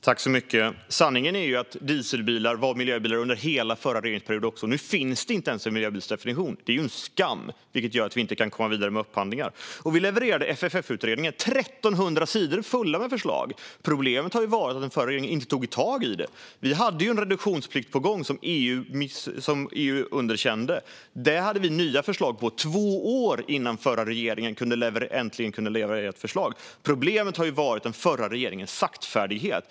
Fru talman! Sanningen är ju att dieselbilar var miljöbilar under hela den förra regeringsperioden. Nu finns det inte ens en miljöbilsdefinition. Det är en skam, och det gör att vi inte kan komma vidare med upphandlingar. Vi levererade FFF-utredningen - 1 300 sidor fulla med förslag. Problemet har varit att den förra regeringen inte tog tag i det. Vi hade en reduktionsplikt på gång, som EU underkände. Det hade vi nya förslag på två år innan den förra regeringen äntligen kunde leverera ett förslag. Problemet har varit den förra regeringens saktfärdighet.